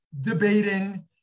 debating